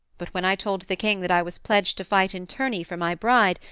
but when i told the king that i was pledged to fight in tourney for my bride,